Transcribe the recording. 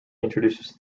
introduces